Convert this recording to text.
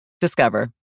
Discover